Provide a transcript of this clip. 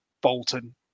Bolton